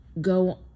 go